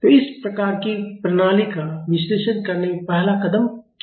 तो इस प्रकार की प्रणाली का विश्लेषण करने में पहला कदम क्या है